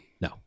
no